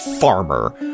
farmer